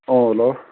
ꯑꯣ ꯍꯜꯂꯣ